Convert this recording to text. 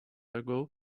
ago